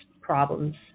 problems